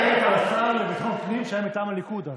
את מדברת על השר לביטחון פנים שהיה אז מטעם הליכוד.